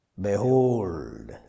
Behold